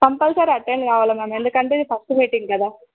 compulsory attend కావాలె ma'am ఎందుకంటే ఇది ఫస్ట్ మీటింగ్ కదా